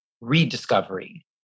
Rediscovery